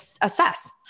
assess